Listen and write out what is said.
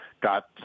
got